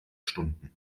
stunden